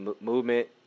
movement